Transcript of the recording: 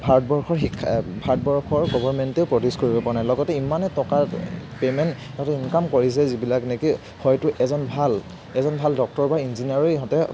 ভাৰতবৰ্ষৰ শিক্ষা ভাৰতবৰ্ষৰ গভৰমেণ্টেও প্ৰডিউচ কৰিবপৰা নাই লগতে ইমানে টকা এই পে'মেণ্ট সিহঁতে ইনকাম কৰিছে যিবিলাক নেকি হয়তো এজন ভাল এজন ভাল ডক্তৰ বা ইঞ্জিনিয়াৰেও ইহঁতে